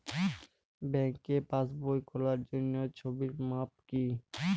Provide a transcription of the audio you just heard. ব্যাঙ্কে পাসবই খোলার জন্য ছবির মাপ কী?